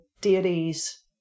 deities